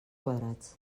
quadrats